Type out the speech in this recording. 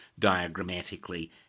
diagrammatically